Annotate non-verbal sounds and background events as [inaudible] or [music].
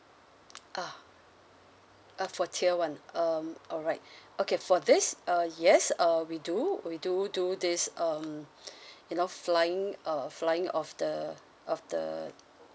uh uh for tier one um alright [breath] okay for this uh yes uh we do we do do this um [breath] you know flying uh flying of the of the